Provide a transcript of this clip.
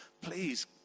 Please